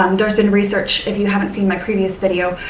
um there's been research, if you haven't seen my previous video,